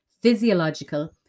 physiological